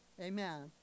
amen